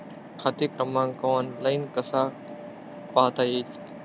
खाते क्रमांक ऑनलाइन कसा पाहता येईल?